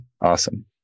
Awesome